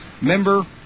Member